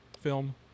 film